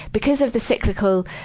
because of the cyclical,